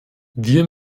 wir